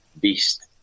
beast